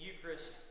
Eucharist